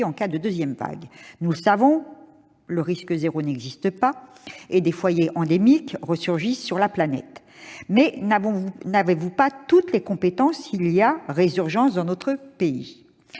en cas de deuxième vague. Nous le savons, le risque zéro n'existe pas, et plusieurs foyers endémiques resurgissent sur la planète. Mais n'avez-vous pas toutes les compétences nécessaires en cas de résurgence du virus dans notre pays ?